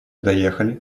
доехали